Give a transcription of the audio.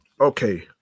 okay